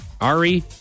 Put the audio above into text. Ari